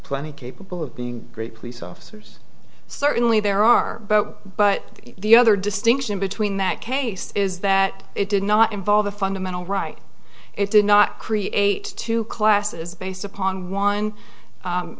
plenty capable of being great police officers certainly there are but the other distinction between that case is that it did not involve the fundamental right it did not create two classes based upon one